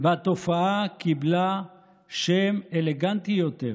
התופעה קיבלה שם אלגנטי יותר.